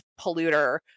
polluter